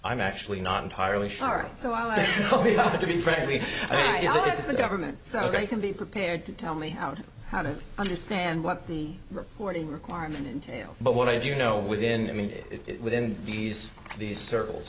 i'm actually not entirely sure so i like to be friendly yes this is the government so they can be prepared to tell me how to how to understand what the reporting requirement entails but what i do know within it within these these circles